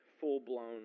full-blown